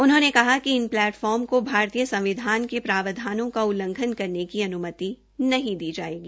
उन्होंने कहा कि इन प्लेटफार्म को भारतीय संविधान के प्रावधानों का उल्लघन करने की अन्मति नहीं दी जायेगी